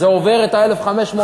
זה עובר את ה-1,500 שקל.